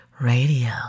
Radio